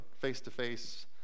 face-to-face